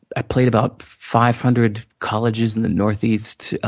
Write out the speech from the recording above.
i played about five hundred colleges in the northeast.